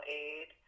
aid